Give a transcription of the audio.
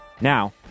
Now